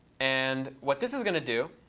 and what this is going to do